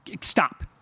Stop